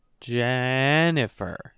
Jennifer